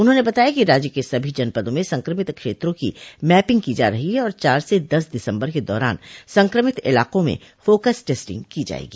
उन्होंने बताया कि राज्य के सभी जनपदों में संक्रिमित क्षेत्रों की मैपिंग की जा रही है और चार से दस दिसम्बर के दौरान संक्रमित इलाकों में फोकस टेस्टिंग की जायेगी